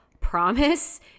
Promise